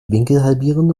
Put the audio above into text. winkelhalbierende